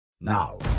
Now